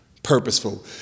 purposeful